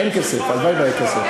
אין כסף, הלוואי שהיה כסף.